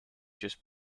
just